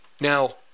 Now